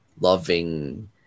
loving